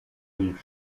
lief